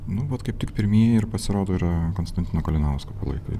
nu vat kaip tik pirmieji ir pasirodo yra konstantino kalinausko palaikai